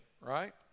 right